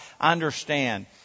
understand